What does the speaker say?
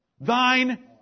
thine